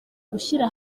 gushyira